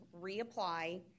reapply